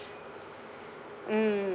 mm